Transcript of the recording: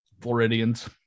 Floridians